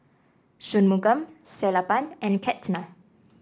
Shunmugam Sellapan and Ketna